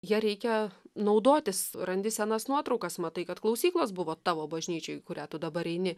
ja reikia naudotis randi senas nuotraukas matai kad klausyklos buvo tavo bažnyčioj į kurią tu dabar eini